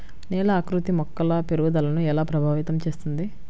నేల ఆకృతి మొక్కల పెరుగుదలను ఎలా ప్రభావితం చేస్తుంది?